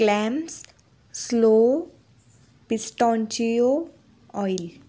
clams slow pistachio oil